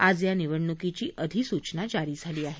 आज या निवडणुकीची अधिसूचना जारी झाली आहे